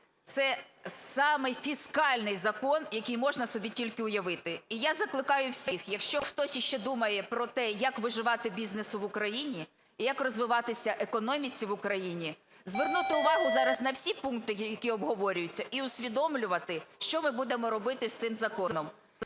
це самий фіскальний закон, який можна собі тільки уявити. І я закликаю всіх, якщо хтось ще думає про те, як виживати бізнесу в Україні і як розвиватися економіці в Україні, звернути увагу зараз на всі пункти, які обговорюються, і усвідомлювати, що ми будемо робити з цим законом.